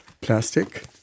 plastic